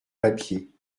papier